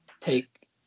take